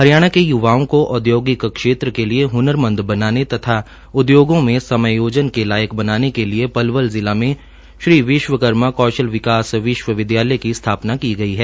हरियाणा के य्वाओं को औद्योगिक क्षेत्र के लिए हृनरमंद बनाने तथा उद्योगों में समायोजन के लायक बनाने के लिए पलवल जिला में श्री विश्वकर्मा कौशल विकास विश्वविद्यालय की स्थापना की गई है